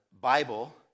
Bible